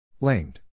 Lamed